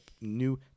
new